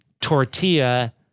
tortilla